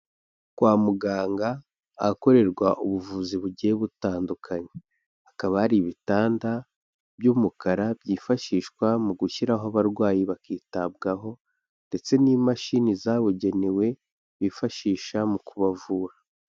Kwa muganga ahakorerwa ubuvuzi bugiye butandukanye, hakaba hari ibitanda by'umukara byifashishwa mu gushyiraho abarwayi bakitabwaho ndetse n'imashini zabugenewe bifashisha mu kubavura.